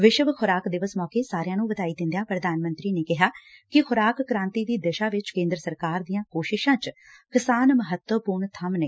ਵਿਸ਼ਵ ਖੁਰਾਕ ਦਿਵਸ ਮੌਕੇ ਸਾਰਿਆਂ ਨੂੰ ਵਧਾਈ ਦਿੰਦਿਆਂ ਪ੍ਰਧਾਨ ਮੰਤਰੀ ਨੇ ਕਿਹਾ ਕਿ ਖੁਰਾਕ ਕ੍ਾਂਤੀ ਦੀ ਦਿਸ਼ਾ ਵਿਚ ਕੇਂਦਰ ਸਰਕਾਰ ਦੀਆਂ ਕੋਸ਼ਿਸ਼ਾਂ ਚ ਕਿਸਾਨ ਮਹੱਤਵਪੂਰਨ ਥੰਮ ਨੇ